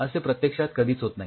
असे प्रत्यक्षात कधीच होत नाही